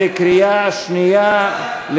בקריאה שנייה,